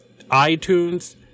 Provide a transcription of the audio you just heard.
iTunes